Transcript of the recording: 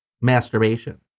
masturbation